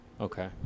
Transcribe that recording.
Okay